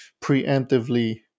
preemptively